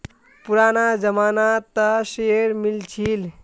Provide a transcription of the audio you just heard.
पुराना जमाना त शेयर मिल छील